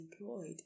employed